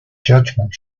judgment